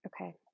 okay